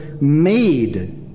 made